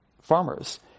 farmers